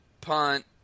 punt